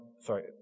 Sorry